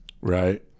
Right